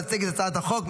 להציג את הצעת החוק.